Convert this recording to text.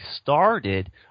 started